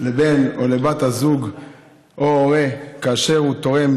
הזוג או לבת הזוג או להורה, כאשר הוא תורם